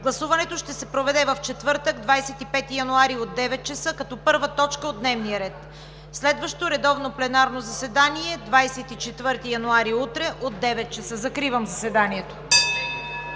гласуването ще се проведе в четвъртък, 25 януари, от 9,00 ч., като първа точка от дневния ред. Следващо редовно пленарно заседание – 24 януари, утре, от 9,00 ч. Закривам заседанието.